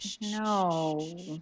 no